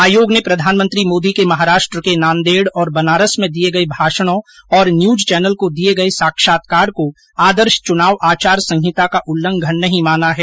आयोग ने प्रधनमंत्री मोदी के महाराष्ट्र के नांदेड़ और बनारस में दिए गए भाषणों और न्यूज चैनल को दिए गए साक्षात्कार को आदर्श चुनाव आचार संहिता का उल्लंघन नहीं माना है